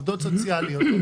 עובדות סוציאליות.